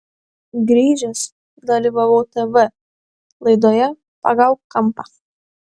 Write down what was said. grįžęs dalyvavau tv laidoje pagauk kampą